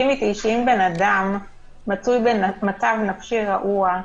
אם אדם נמצא במצב נפשי רעוע,